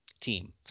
team